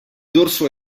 dorso